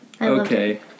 Okay